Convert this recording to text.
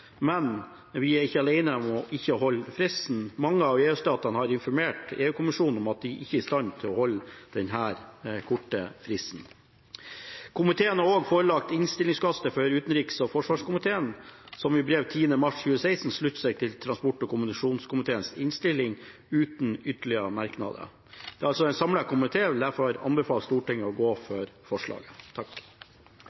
Men vi er ikke alene om ikke å holde fristen. Mange av EU-statene har informert EU-kommisjonen om at de ikke er i stand til å holde denne korte fristen. Komiteen har også forelagt innstillingsutkastet utenriks- og forsvarskomiteen, som i brev av 10. mars 2016 slutter seg til transport- og kommunikasjonskomiteens innstilling, uten ytterligere merknader. En samlet komité vil derfor anbefale